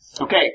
Okay